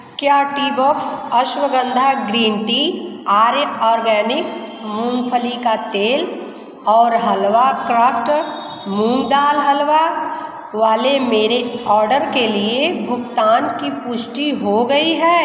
क्या Teabox ashwagandha green tea Arya organic मूँगफली का तेल और हलवा क्राफ़्ट मूँग दाल हलवा वाले मेरे औडर के लिए भुगतान कि पुष्टि हो गई है